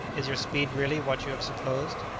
is your speed really what you have supposed?